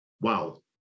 wow